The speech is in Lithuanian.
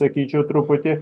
sakyčiau truputį